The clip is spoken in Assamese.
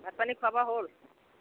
ভাত পানী খোৱা বোৱা হ'ল